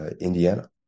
Indiana